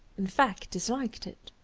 in fact disliked it.